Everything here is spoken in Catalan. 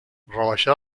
rebaixar